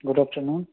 good afternoon